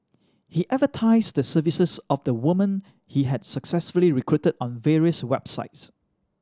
he advertised the services of the woman he had successfully recruited on various websites